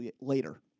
later